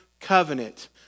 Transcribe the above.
covenant